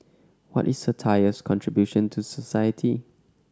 what is satire's contribution to society